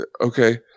Okay